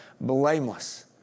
blameless